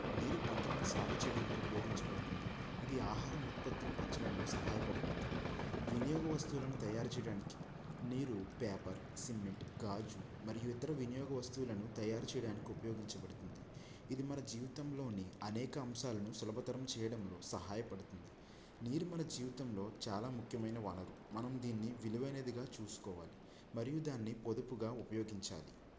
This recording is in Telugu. నీరు పంటలను సాగు చేయడానికి ఉపయోగించబడుతుంది ఇది ఆహార ఉత్పత్తిని పెంచడంలో సహాయపడుతుంది వినియోగ వస్తువులను తయారు చేయడానికి నీరు పేపర్ సిమెంట్ గాజు మరియు ఇతర వినియోగ వస్తువులను తయారు చేయడానికి ఉపయోగించబడుతుంది ఇది మన జీవితంలోని అనేక అంశాలను సులభతరం చేయడంలో సహాయపడుతుంది నీరు మన జీవితంలో చాలా ముఖ్యమైన వనరు మనం దీన్ని విలువైనదిగా చూసుకోవాలి మరియు దాన్ని పొదుపుగా ఉపయోగించాలి